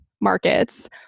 markets